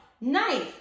nice